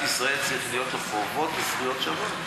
ישראל צריכות להיות חובות וזכויות שוות,